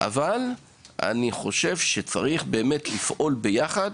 לכן אני באמת חושב שצריך לפעול ביחד.